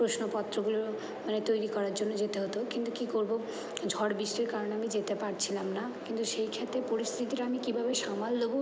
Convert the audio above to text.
প্রশ্নপত্রগুলোও মানে তৈরি করার জন্য যেতে হতো কিন্তু কি করবো ঝড় বৃষ্টির কারণে আমি যেতে পারছিলাম না কিন্তু সেই ক্ষেত্রে পরিস্থিতিটা আমি কীভাবে সামাল দেবো